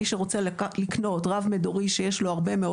מי שרוצה לקנות רב מדורי שיש לו הרבה מאוד